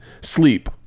sleep